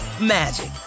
magic